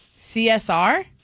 CSR